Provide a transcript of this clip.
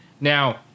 Now